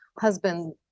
husband